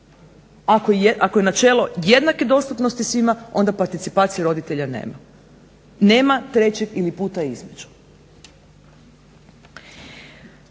ako je načelo jednake dostupnosti svima onda participacije roditelja nema. Nema trećeg ili puta između.